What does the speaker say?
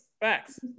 Facts